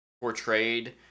portrayed